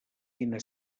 quina